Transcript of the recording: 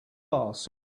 ask